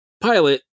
pilot